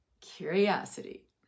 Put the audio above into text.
Curiosity